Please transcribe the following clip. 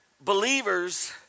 believers